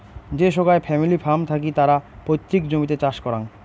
যে সোগায় family farm থাকি তারা পৈতৃক জমিতে চাষ করাং